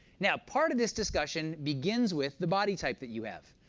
now part of this discussion begins with the body type that you have,